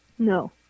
No